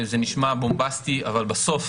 זה נשמע בומבסטי, אבל בסוף